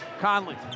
Conley